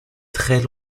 très